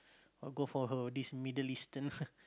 all go for her this Middle Eastern